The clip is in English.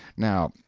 now,